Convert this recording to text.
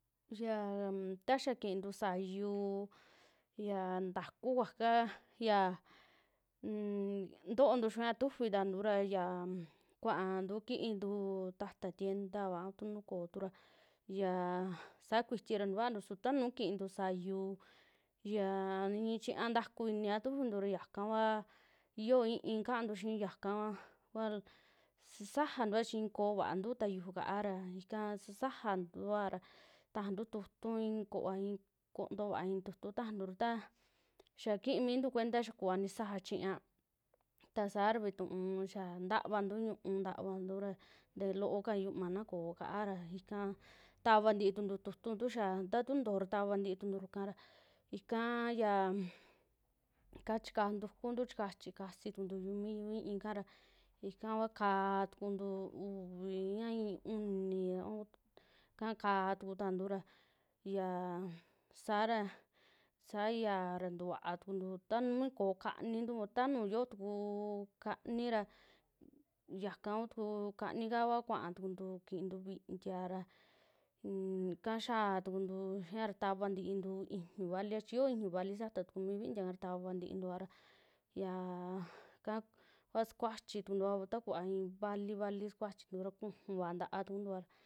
Yaan taxaa kintuu sayuu, yaa ntaku kukuaa ya nn toontu xiia tufitantu ra yaa kuaantu kii tukuntu ta'ta tiendaba ah tu nuu koo tura yaa saa kuitiva ra stukuavantu su taa nu koo, kiintu sayuu yaa i'i chiñq ntakuu inia tufintura yaka ua yioo i'ií kantu xii yaka kuaa sisajantu va chii i'i koo va'a kuntuu ta yujuu kaa ra ika sisajaantua ra tajantu tu'tu ikuva i'í kontoova ii tu'tu tajantura xaa kii mintu cuenta xaa kuvaa nisajaa chiña ta saara vituu xaa ntvantu ñu'u, tavantura ntaloo ka yumaa na koo ka'a ra ika tavantii tuuntu tu'tu tu xaa, nda tu nitojo tavantii tunturu ika ra, ikaa yaa, ika chika ntukuntu chikachi kasitukuntu mi yuu i'ií kara ika va ka'a tukuntu uvi, a i'í uni, au kaa ka'a tukutantura yaa, saara sayaa ra ntukuaa tukuntu, ta nuu koo kaniintu tanu yoo tukuu kanii raa yaka kutukuu kanii kavaa kuaa tukuntu kiintu vi'intia ra unka xaa tukuntu xiia ra takantintu ijñuu, chi yoo ijñuu vali tuku sata tuku mi vintiaaka tavantintua ra yaa kakua sukuachi tukuntua ta kuvaa i'i vali, vali sukuachi ntua ra kujuu nta'a tukuntuara.